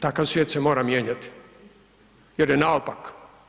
Takav svijet se mora mijenjati jer je naopak.